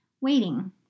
Waiting